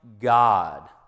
God